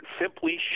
simply